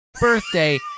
birthday